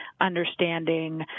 understanding